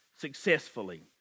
successfully